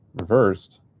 reversed